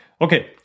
Okay